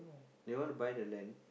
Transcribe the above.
they wanna buy the land